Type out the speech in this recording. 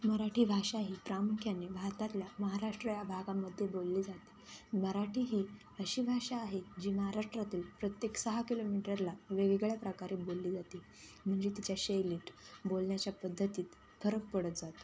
मराठी भाषा ही प्रामुख्याने भारतातल्या महाराष्ट्र या भागामध्ये बोलली जाते मराठी ही अशी भाषा आहे जी महाराष्ट्रातील प्रत्येक सहा किलोमीटरला वेगवेगळ्या प्राकारे बोलली जाते म्हणजे तिच्या शैलीत बोलण्याच्या पद्धतीत फरक पडत जातो